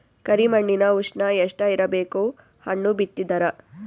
ಕರಿ ಮಣ್ಣಿನ ಉಷ್ಣ ಎಷ್ಟ ಇರಬೇಕು ಹಣ್ಣು ಬಿತ್ತಿದರ?